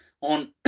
on